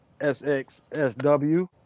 SXSW